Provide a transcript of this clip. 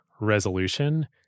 resolution